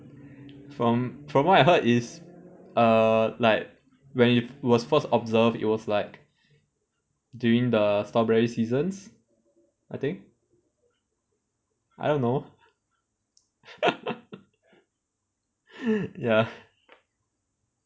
from from what I heard is err like when it was first observed it was like during the strawberry seasons I think I don't know ya